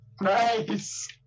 Nice